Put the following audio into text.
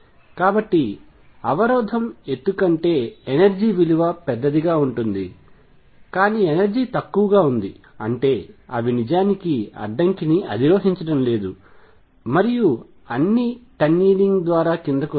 కాబట్టి అవరోధం ఎత్తు కంటే ఎనర్జీ విలువ పెద్దదిగా ఉంటుంది కానీ ఎనర్జీ తక్కువగా ఉంది అంటే అవి నిజానికి అడ్డంకిని అధిరోహించడం లేదు మరియు అన్ని టన్నలింగ్ ద్వారా కిందకు వస్తున్నాయి